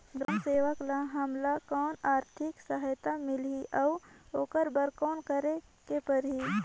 ग्राम सेवक ल हमला कौन आरथिक सहायता मिलही अउ ओकर बर कौन करे के परही?